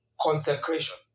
consecration